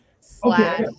slash